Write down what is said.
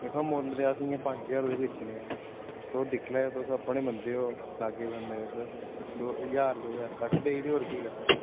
दिक्खो मुल्ल अस इंया पंज ज्हार बी बेचने आं तुस दिक्खी लैयो तुस अपने बंदे ओ ज्हार दौ ज्हार घट्ट देई ओड़ेओ होर केह् करी सकने आं